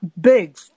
big